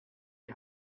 die